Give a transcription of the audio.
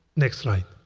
next slide.